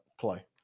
play